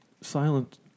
silent